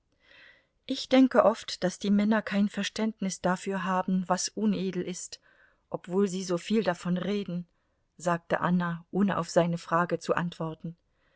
ich denke oft daß die männer kein verständnis dafür haben was unedel ist obwohl sie soviel davon reden sagte anna ohne auf seine frage zu antworten